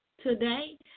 today